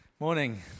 Morning